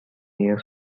years